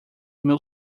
meu